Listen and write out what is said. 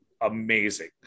amazing